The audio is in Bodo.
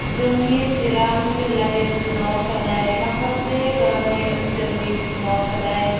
जोंनि चिरां जिल्लानि सिङाव थानाय माखासे गामि ओनसोलनि सिङाव थानाय